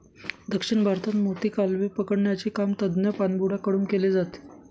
दक्षिण भारतात मोती, कालवे पकडण्याचे काम तज्ञ पाणबुड्या कडून केले जाते